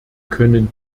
können